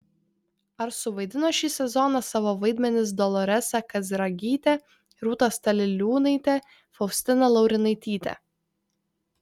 ar suvaidino šį sezoną savo vaidmenis doloresa kazragytė rūta staliliūnaitė faustina laurinaitytė